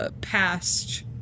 past